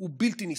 הוא בלתי נסבל.